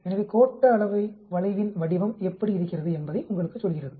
எனவே கோட்ட அளவை வளைவின் வடிவம் எப்படி இருக்கிறது என்பதை உங்களுக்குச் சொல்கிறது